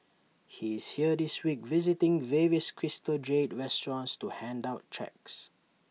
he is here this week visiting various crystal jade restaurants to hand out cheques